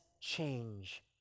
change